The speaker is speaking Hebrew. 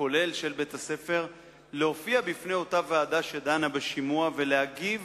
הכולל של בית-הספר להופיע לפני אותה ועדה שדנה בשימוע ולהגיב,